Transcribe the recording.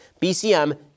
BCM